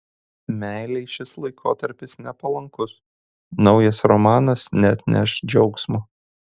meilei šis laikotarpis nepalankus naujas romanas neatneš džiaugsmo